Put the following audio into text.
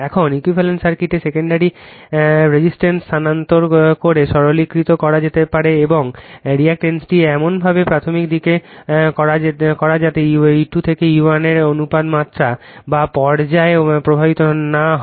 এখন ইকুইভ্যালেন্ট সার্কিটকে secondary resistance স্থানান্তর করে সরলীকৃত করা যেতে পারে এবং রিঅ্যাকটেন্সটি এমনভাবে প্রাথমিক দিকে করা হয় যাতে E2 থেকে E1 এর অনুপাত মাত্রা বা পর্যায়ে প্রভাবিত না হয়